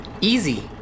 easy